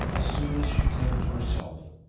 as soon as she came to herself,